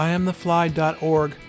IAmTheFly.org